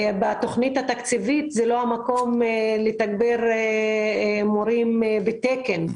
בתכנית התקציבית זה לא המקום לתגבר מורים בתקן.